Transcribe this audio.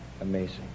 amazing